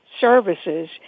services